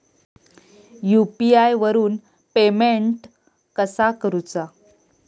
UPI वरून payment कसा करूचा?